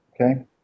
okay